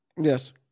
Yes